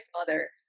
father